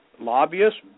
lobbyists